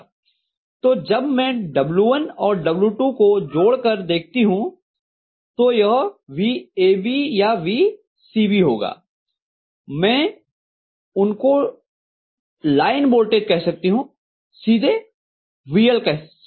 तो जब मैं W1 और W2 का जोड़ कर देखती हूँ तो यह vAB या vCB होगा मैं उनको लाइन वोल्टेज कह सकती हूँ सीधे VL कह सकते हैं